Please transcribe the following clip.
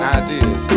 ideas